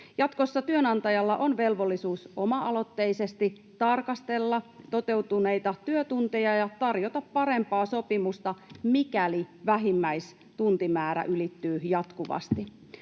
Jatkossa työnantajalla on velvollisuus oma-aloitteisesti tarkastella toteutuneita työtunteja ja tarjota parempaa sopimusta, mikäli vähimmäistuntimäärä ylittyy jatkuvasti.